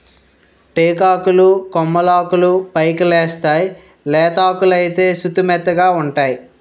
టేకాకులు కొమ్మలాకులు పైకెలేస్తేయ్ లేతాకులైతే సుతిమెత్తగావుంటై